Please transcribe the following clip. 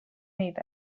move